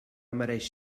mereix